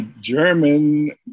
German